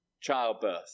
Childbirth